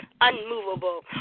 unmovable